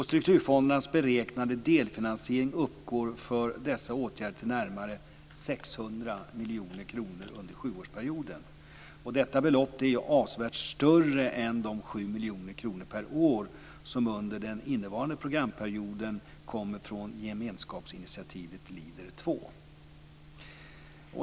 Strukturfondernas beräknade delfinansiering uppgår för dessa åtgärder till närmare 600 miljoner kronor under sjuårsperioden. Detta belopp är avsevärt större än de 7 miljoner kronor per år som under den innevarande programperioden kommer från gemenskapsinitiativet Leader-två.